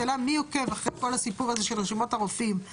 השאלה מי עוקב אחרי כל הסיפור הזה של רשימות הרופאים?